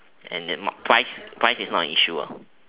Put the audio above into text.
and then price price is not an issue ah